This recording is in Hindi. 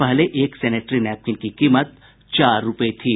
पहले एक सेनेटरी नैपकिन की कीमत चार रूपये थी